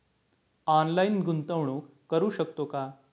Online गुंतवणूक करू शकतो का?